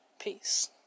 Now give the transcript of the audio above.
peace